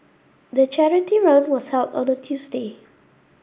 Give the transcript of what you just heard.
the charity run was held on a Tuesday